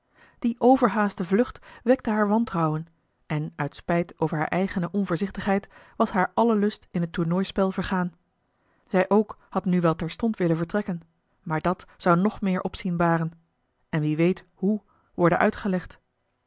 die overhaaste vlucht wekte haar wantrouwen en uit spijt over hare eigene onvoorzichtigheid was haar alle lust in het tournooispel vergaan zij ook had nu wel terstond willen vertrekken maar dat zou nog meer opzien baren en wie weet hoe worden uitgelegd